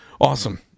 Awesome